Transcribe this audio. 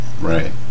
Right